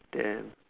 damn